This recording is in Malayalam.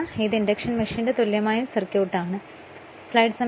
അതിനാൽ ഇത് ഇൻഡക്ഷൻ മെഷീന്റെ തുല്യമായ സർക്യൂട്ട് ആണ്